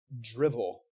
drivel